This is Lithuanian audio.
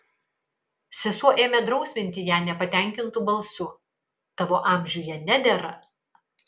sesuo ėmė drausminti ją nepatenkintu balsu tavo amžiuje nedera